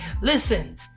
listen